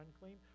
unclean